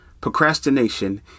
procrastination